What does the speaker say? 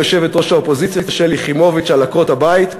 יושבת-ראש האופוזיציה שלי יחימוביץ על עקרות-הבית,